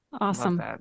Awesome